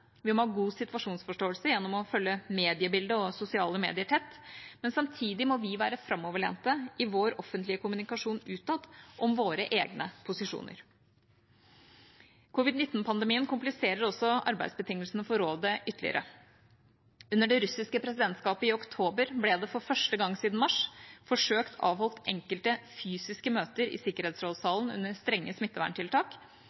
ha god situasjonsforståelse gjennom å følge mediebildet og sosiale medier tett. Samtidig må vi være framoverlente i vår offentlige kommunikasjon utad om våre egne posisjoner. Covid-19-pandemien kompliserer også arbeidsbetingelsene for rådet ytterligere. Under det russiske presidentskapet i oktober ble det – for første gang siden mars – forsøkt avholdt enkelte fysiske møter i